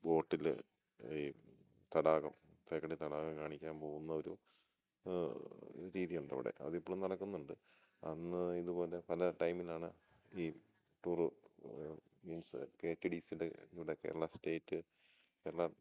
ബോട്ടിൽ ഈ തടാകം തേക്കടി തടാകം കാണിക്കാൻ പോകുന്ന ഒരു രീതി ഉണ്ട് അവിടെ അതിപ്പോഴും നടക്കുന്നുണ്ട് അന്ന് ഇതുപോലെ പല ടൈമിലാണ് ഈ tour means K T D C ൻ്റെ ഇവിടെ കേരള സ്റ്റേറ്റ് കേരള